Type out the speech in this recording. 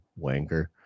wanker